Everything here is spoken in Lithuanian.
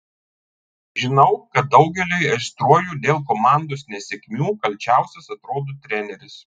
žinau kad daugeliui aistruolių dėl komandos nesėkmių kalčiausias atrodo treneris